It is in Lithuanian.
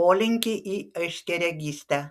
polinkį į aiškiaregystę